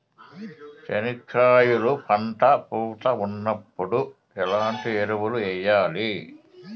చెనక్కాయలు పంట పూత ఉన్నప్పుడు ఎట్లాంటి ఎరువులు వేయలి?